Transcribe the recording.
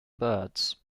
birds